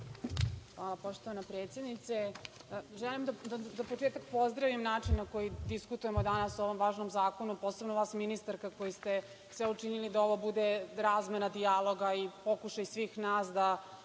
Hvala, poštovana predsednice. Želim da za početak pozdravim način na koji diskutujemo ovde danas o ovom važnom zakonu, posebno vas ministarka koji ste sve učinili da ovo bude razmena dijaloga i pokušaj svih nas da